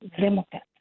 Democrat